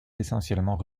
essentiellement